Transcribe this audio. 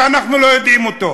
שאנחנו לא יודעים אותו.